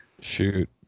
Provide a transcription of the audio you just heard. Shoot